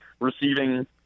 receiving